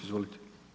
Izvolite.